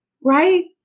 right